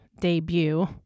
debut